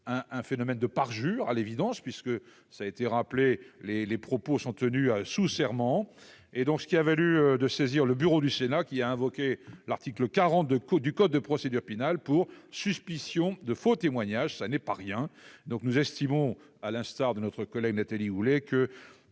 un phénomène de parjure à l'évidence, puisque ça a été rappelé les les propos sont tenus, sous serment, et donc ce qui a valu de saisir le bureau du Sénat qui a invoqué l'article 40 de du code de procédure pénale pour suspicion de faux témoignage, ça n'est pas rien donc nous estimons à l'instar de notre collègue Nathalie, vous voulez que,